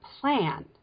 plan